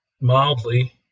mildly